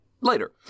later